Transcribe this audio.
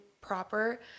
proper